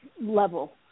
level